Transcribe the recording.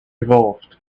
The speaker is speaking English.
evolved